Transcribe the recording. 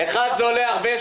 ראשית, זה עולה הרבה.